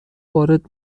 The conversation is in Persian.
وارد